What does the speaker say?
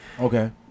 Okay